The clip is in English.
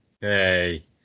hey